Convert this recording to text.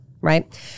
Right